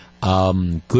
good